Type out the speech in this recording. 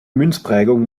münzprägung